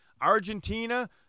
Argentina